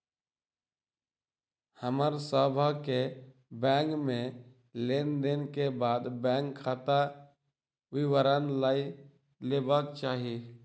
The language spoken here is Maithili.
हमर सभ के बैंक में लेन देन के बाद बैंक खाता विवरण लय लेबाक चाही